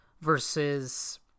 versus